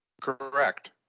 Correct